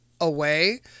away